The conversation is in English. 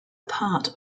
part